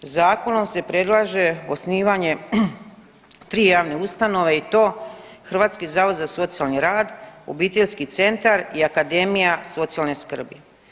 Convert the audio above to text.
Zakonom se predlaže osnivanje tri javne ustanove i to Hrvatski zavod za socijalni rad, obiteljski centar i Akademija socijalne skrbi.